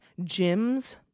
gyms